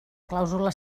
clàusula